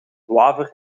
waver